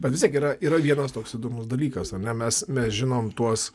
bet vis tiek yra yra vienas toks įdomus dalykas ane mes mes žinom tuos